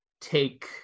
take